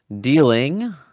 dealing